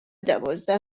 دوازده